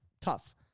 tough